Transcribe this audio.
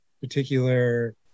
particular